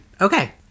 Okay